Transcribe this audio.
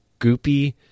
goopy